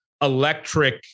electric